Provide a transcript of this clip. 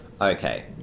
Okay